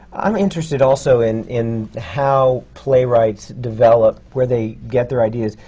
i'm interested also in in how playwrights develop, where they get their ideas.